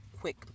quick